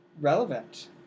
relevant